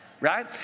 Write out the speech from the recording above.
right